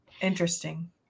Interesting